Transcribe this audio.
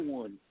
one